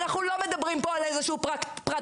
אנחנו לא מדברים פה על איזה שהוא פרט טכני,